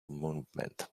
movement